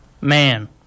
Man